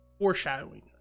foreshadowing